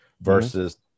versus